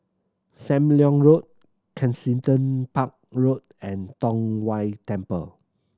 Sam Leong Road Kensington Park Road and Tong Whye Temple